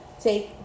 Take